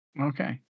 Okay